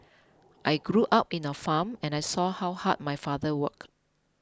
I grew up in a farm and I saw how hard my father work